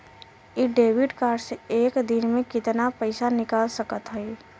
इ debit card से एक दिन मे कितना पैसा निकाल सकत हई?